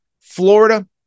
Florida